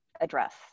address